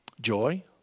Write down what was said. Joy